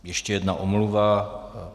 Ještě jedna omluva.